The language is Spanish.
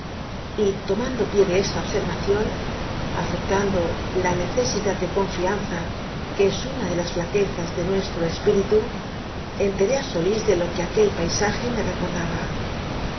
a c i ó n afectando la necesidad de confianza que es una de las flaquezas de nuestro espíritu enteré á s o l í s de lo q u e aquel paisaje m e recordaba